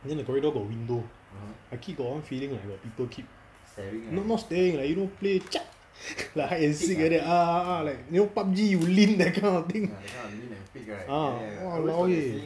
then the corridor got window I keep got one feeling like people keep not not staring like you know play like hide and seek like that ah like you know pub G you lean that kind of thing uh !walao! eh